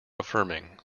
affirming